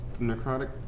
necrotic